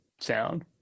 sound